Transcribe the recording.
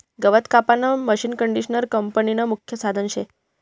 गवत कापानं मशीनकंडिशनर कापनीनं मुख्य साधन शे